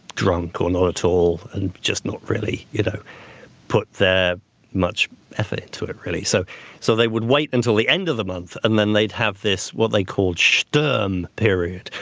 drunk or not at all, and just not really you know put their much effort to it really. so so they would wait until the end of the month and then they'd have this, what they called stern period,